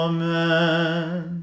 Amen